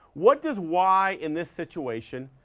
what does y, in this situation,